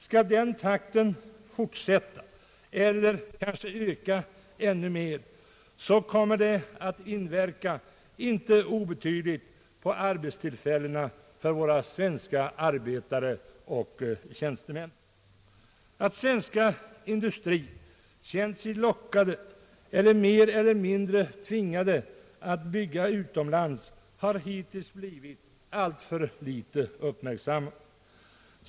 Skall den takten fortsätta eller kanske öka ännu mer, kommer det att inverka inte obetydligt på arbetstillfällena för våra svenska arbetare och tjänstemän. Det förhållandet att den svenska industrin har känt sig lockad eller mer eller mindre tvingad att bygga utomlands har hittills blivit alltför litet uppmärksammat.